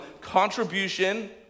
contribution